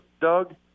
Doug